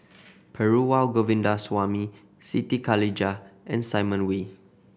Perumal Govindaswamy Siti Khalijah and Simon Wee